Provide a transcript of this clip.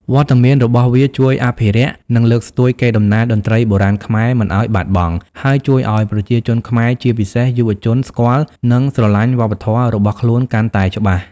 វត្តមានរបស់វាជួយអភិរក្ស និងលើកស្ទួយកេរដំណែលតន្ត្រីបុរាណខ្មែរមិនឱ្យបាត់បង់ ហើយជួយឱ្យប្រជាជនខ្មែរជាពិសេសយុវជនស្គាល់ និងស្រឡាញ់វប្បធម៌របស់ខ្លួនកាន់តែច្បាស់។